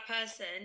person